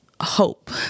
hope